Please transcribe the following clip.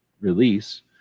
release